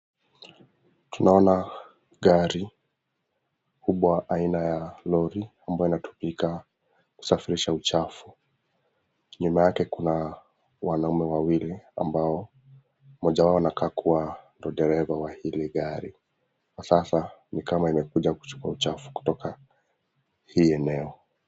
Tunaona gari kubwa aina ya lori ambayo inatumika kusafilisha uchafu. Nyuma yake kuna wanaume wawili ambao moja wao anakaa kua ndio dereva hili gari kwa sasa nikama imekuja kuchukua uchafu kutoka hii eneo.